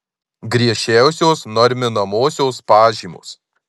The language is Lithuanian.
griežčiausios norminamosios pažymos